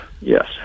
Yes